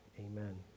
Amen